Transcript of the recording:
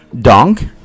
donk